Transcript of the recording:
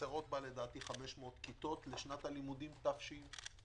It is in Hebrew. חסרות בה לדעתי 500 כיתות לשנת הלימודים תשפ"ב.